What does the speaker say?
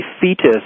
fetus